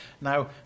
Now